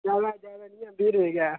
जैदा जैदा निं ऐ बीह् रपेऽ गै ऐ